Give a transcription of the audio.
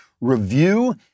review